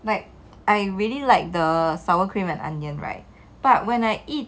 like I really like the sour cream and onion right but when I eat